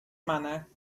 manner